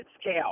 scale